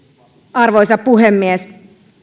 arvoisa puhemies